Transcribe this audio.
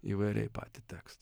įvairiai patį tekstą